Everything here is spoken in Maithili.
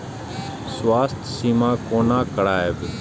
स्वास्थ्य सीमा कोना करायब?